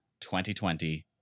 2020